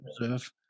reserve